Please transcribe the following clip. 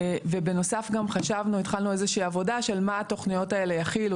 בנוסף גם התחלנו איזושהי עבודה של מה התוכניות האלה יכילו.